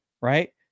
Right